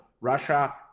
Russia